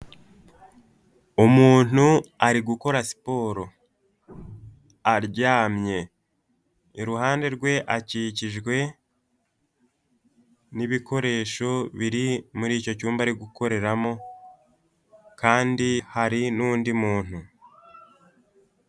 Umuntu ari gukora siporo aryamye, iruhande rwe akikijwe n'ibikoresho biri muri icyo cyumba ari gukoreramo kandi hari n'undi muntu.